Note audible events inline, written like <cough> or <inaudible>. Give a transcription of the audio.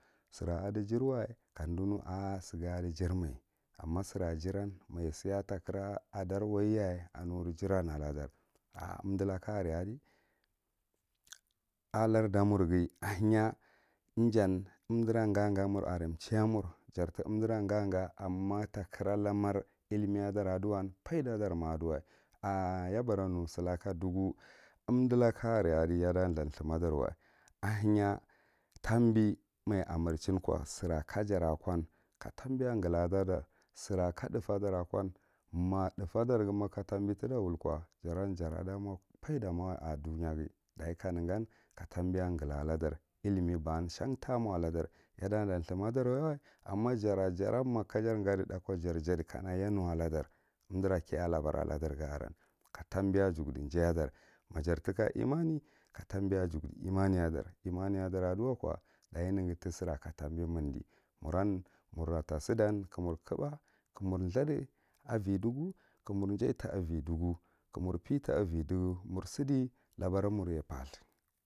Sira adijirwa kamdinu ar’ sighi adijirmai amma sira jirian maja si’a takirah adar waiya anure jiran aladar ‘ar’ umdi laka aran allarda marghi ahenya ijan umdira gage mar are chiya mur, jar tiumdira gaga wamma takara lamar illimi aduwan faitadar ma aduwa, <hesitation> ya bara nu silaka dugu umdi’l’ka are adi yada thúm thumadar wa ahenya tambi maja amrchinko sir kajara kon ka tambiya ngladar sira ka thufe dara akon ma thufe dar guma ka tambi tita wulko jaran jara da mo faida mawa a ko duyaghi dachi ka ne gan ka tambiya ngaldadar illiba, shan ta mo aladar, ya da thdum thumadar yawa amma jara jaranma kadar gadi th’a ko jar jadi kana yanu aladar umdira kiyanu aladar ga aran ka tambiya jukkdi jayya dar majar tika imane katambiya jukdi imaneya dar imaneya, dara duwako nege tisira ka tambi nirdi, muran murata sidi ka mur kuba ka mir thyádi avidugu ka mur jay ta, avidugu, ka mur peta avidugu, mur sidi labara murye parthúr.